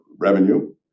revenue